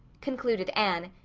concluded anne,